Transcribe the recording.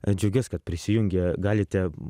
džiaugiuos kad prisijungė galite